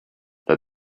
that